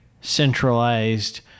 centralized